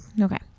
Okay